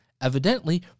Evidently